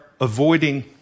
avoiding